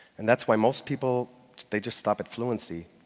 and that's why most people they just stop at fluency.